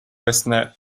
байснаа